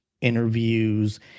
interviews